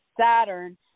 Saturn